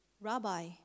Rabbi